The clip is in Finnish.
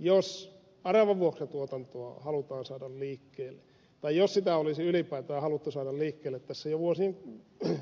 jos aravavuokratuotantoa halutaan saada liikkeelle tai jos sitä ylipäätään olisi haluttu saada liikkeelle jo